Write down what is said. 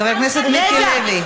חבר הכנסת מיקי לוי.